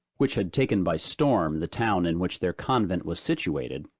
which had taken by storm the town in which their convent was situated,